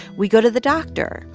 we go to the doctor.